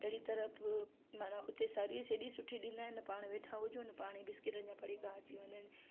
अहिड़ी तरफ़ माना उते सर्विस एॾी सुठी ॾींदा आहिनि पाण वेठा हुजो न पाणी बिस्किट जा पुरीका अची वञनि